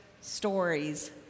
stories